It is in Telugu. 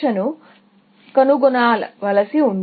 కాబట్టి నేను పునర్విమర్శను కనుగొనవలసి ఉంది